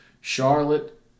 charlotte